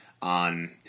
on